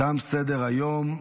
תם סדר-היום.